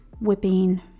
whipping